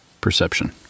perception